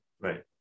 Right